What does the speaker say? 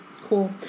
cool